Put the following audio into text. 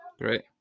Great